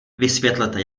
vysvětlete